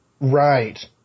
Right